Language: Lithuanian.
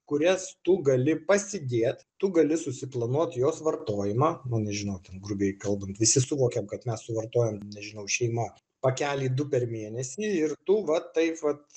kurias tu gali pasidėt tu gali susiplanuot jos vartojimą nu nežinau grubiai kalbant visi suvokiam kad mes suvartojam nežinau šeima pakelį du per mėnesį ir tu va taip vat